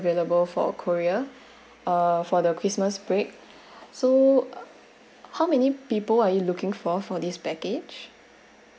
available for korea uh for the christmas break so how many people are you looking for for this package